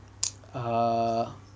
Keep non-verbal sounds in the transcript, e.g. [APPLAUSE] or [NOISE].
[NOISE] err